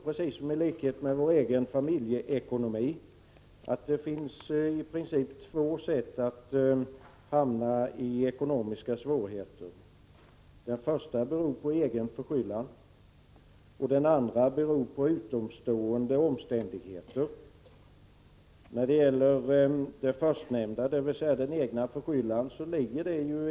Precis som när det gäller våra egna familjeekonomier finns det för kommunerna i princip två sätt att hamna i ekonomiska svårigheter. Det kan man göra dels av egen förskyllan, dels som ett resultat av omständigheter som man inte råder över.